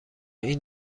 این